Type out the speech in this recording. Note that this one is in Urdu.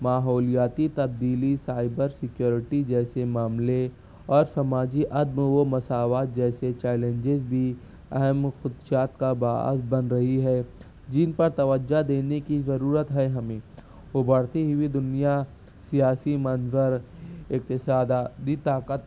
ماحولیاتی تبدیلی سائبر سکیورٹی جیسے معاملے اور سماجی عدم و مساوات جیسے چیلنجز بھی اہم خدشات کا باعث بن رہی ہے جن پر توجہ دینے کی ضرورت ہے ہمیں وہ بڑھتی ہوئی دنیا سیاسی منظر اقتصادی طاقت